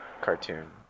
Cartoon